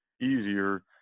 Easier